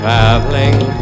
Traveling